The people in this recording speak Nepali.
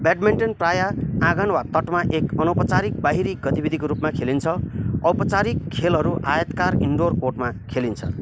ब्याडमिन्टन प्रायः आँगन वा तटमा एक अनौपचारिक बाहिरी गतिविधिका रूपमा खेलिन्छ औपचारिक खेलहरू आयताकार इन्डोर कोर्टमा खेलिन्छ